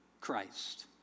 Christ